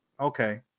Okay